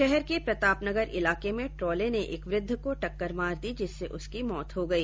शहर के प्रताप नगर इलाके में ट्रोले ने एक वृद्ध को टक्कर मार दी जिससे उसकी मौत हो गई